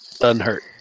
unhurt